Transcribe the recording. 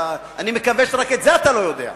אני מקווה שרק את זה אתה לא יודע.